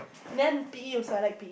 then P_E also I like P_E